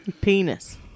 Penis